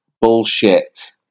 bullshit